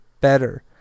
better